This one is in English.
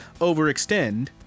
overextend